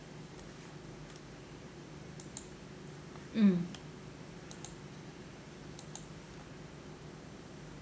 mm